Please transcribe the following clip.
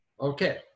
Okay